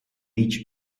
each